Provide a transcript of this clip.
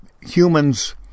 humans